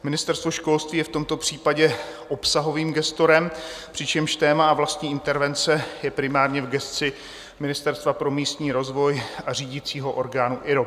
Ministerstvo školství je v tomto případě obsahovým gestorem, přičemž téma vlastní intervence je primárně v gesci Ministerstva pro místní rozvoj a řídicího orgánu IROP.